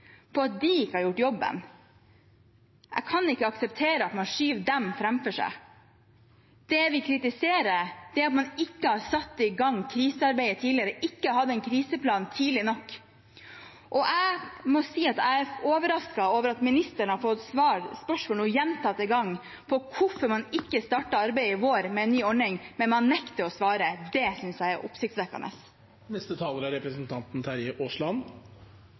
på at de ikke har gjort jobben. Jeg kan ikke akseptere at man skyver dem framfor seg. Det vi kritiserer, er at man ikke har satt i gang krisearbeidet tidligere, ikke hadde en kriseplan tidlig nok. Jeg må si at jeg er overrasket over at ministeren nå har fått spørsmål gjentatte ganger om hvorfor man ikke startet arbeidet med en ny ordning i vår, men nekter å svare. Det synes jeg er oppsiktsvekkende. Representanten Terje Aasland